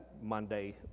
Monday